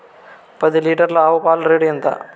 పది లీటర్ల ఆవు పాల రేటు ఎంత?